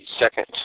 second